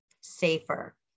safer